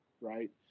right